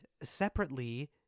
separately